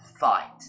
fight